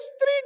three